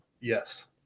yes